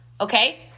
Okay